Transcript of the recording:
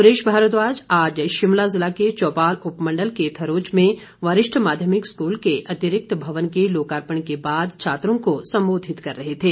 सुरेश भारद्वाज आज शिमला जिला के चौपाल उपमंडल के थरोच में वरिष्ठ माध्यमिक स्कूल के अतिरिक्त भवन के लोकार्पण के बाद छात्रों को संबोधित कर रहे थे